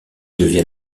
devient